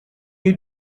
you